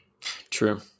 true